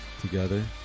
together